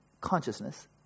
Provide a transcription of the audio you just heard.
consciousness